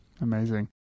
Amazing